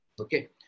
okay